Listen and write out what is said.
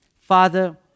Father